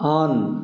on